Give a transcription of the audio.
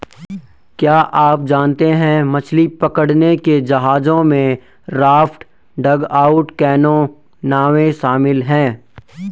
क्या आप जानते है मछली पकड़ने के जहाजों में राफ्ट, डगआउट कैनो, नावें शामिल है?